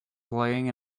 playing